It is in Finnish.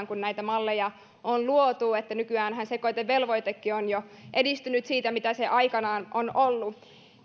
kun näitä malleja on luotu että nykyäänhän sekoitevelvoitekin on jo edistynyt siitä mitä se aikanaan on ollut